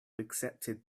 accepted